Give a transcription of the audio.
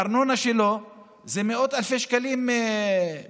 הארנונה שלו זה מאות אלפי שקלים בשנה.